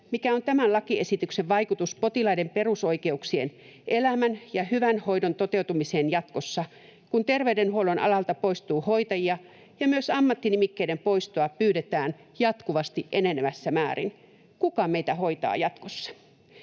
mikä on tämän lakiesityksen vaikutus potilaiden perusoikeuksien, elämän ja hyvän hoidon, toteutumiseen jatkossa, kun terveydenhuollon alalta poistuu hoitajia ja myös ammattinimikkeiden poistoa pyydetään jatkuvasti enenevässä määrin. Kuka meitä hoitaa jatkossa?